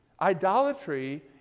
Idolatry